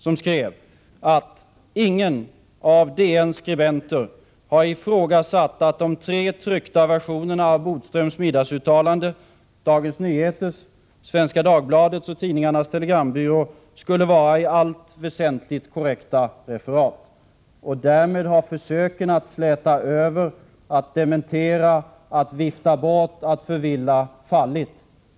Han skrev att ”ingen av Dagens Nyheters skribenter har ifrågasatt att de tre tryckta versionerna av Bodströms middagsuttalanden — Dagens Nyheters, Svenska Dagbladets och Tidningarnas Telegrambyrås — skulle vara i allt väsentligt korrekta referat”. Därmed har försöken att släta över, att dementera, att vifta bort och att förvilla fallit.